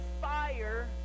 fire